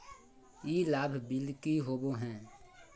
ई लाभ बिल की होबो हैं?